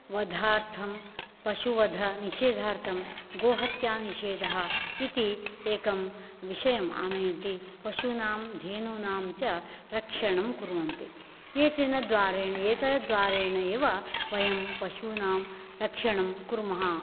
वधार्थं पशुवधनिषेधार्थं गोहत्यानिषेधः इति एकं विषयम् आनयन्ति पशूनां धेनूनां च रक्षणं कुर्वन्ति एतेन द्वारेण एतद्द्वारेण एव वयं पशूनां रक्षणं कुर्मः